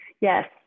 Yes